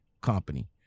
company